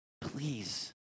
Please